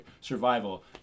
survival